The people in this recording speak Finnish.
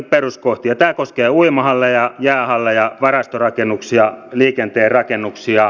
tämä koskee uimahalleja jäähalleja varastorakennuksia liikenteen rakennuksia